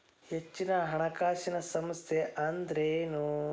ಹೆಚ್ಚಿನ ಹಣಕಾಸಿನ ಸಂಸ್ಥಾ ಅಂದ್ರೇನು?